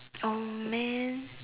oh man